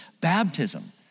baptism